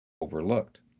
overlooked